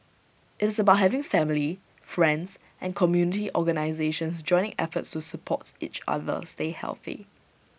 IT is about having family friends and community organisations joining efforts to supports each other stay healthy